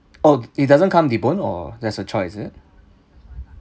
oh it doesn't come debone or there's a choice is it